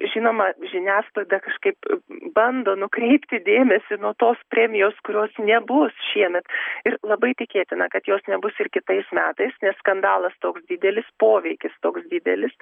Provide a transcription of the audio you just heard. žinoma žiniasklaida kažkaip bando nukreipti dėmesį nuo tos premijos kurios nebus šiemet ir labai tikėtina kad jos nebus ir kitais metais nes skandalas toks didelis poveikis toks didelis